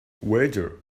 waiter